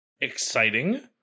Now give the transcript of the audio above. Exciting